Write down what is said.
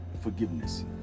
forgiveness